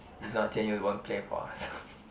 if not Jian-You won't play for us